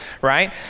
right